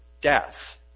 death